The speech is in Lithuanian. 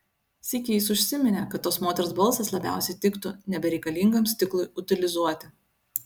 sykį jis užsiminė kad tos moters balsas labiausiai tiktų nebereikalingam stiklui utilizuoti